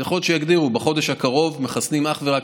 אז יכול להיות שיגדירו: בחודש הקרוב מחסנים אך ורק